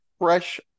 fresh